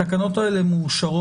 התשפ"ב-2021 נתקבלו.